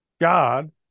God